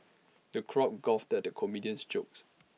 the crowd guffawed at the comedian's jokes